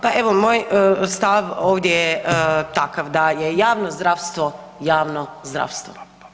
Pa evo moj stav ovdje je takav, da je javno zdravstvo javno zdravstvo.